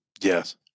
Yes